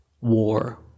War